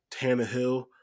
Tannehill